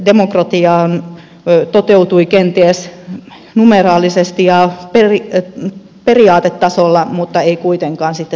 demokratia toteutui kenties numeraalisesti ja periaatetasolla mutta ei kuitenkaan sitten todellisuudessa